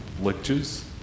lectures